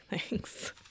Thanks